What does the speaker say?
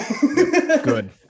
Good